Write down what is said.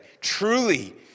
truly